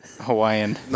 Hawaiian